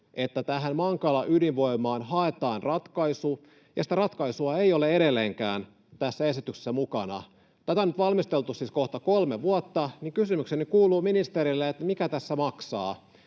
että tähän Mankala-ydinvoimaan haetaan ratkaisu, ja sitä ratkaisua ei ole edelleenkään tässä esityksessä mukana. Kun tätä on nyt valmisteltu siis kohta kolme vuotta, niin kysymykseni kuuluu ministerille: mikä tässä maksaa?